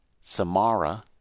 Samara